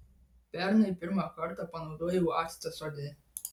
pernai pirmą kartą panaudojau actą sode